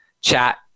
chat